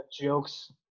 jokes